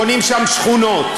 בונים שם שכונות,